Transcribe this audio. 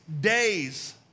days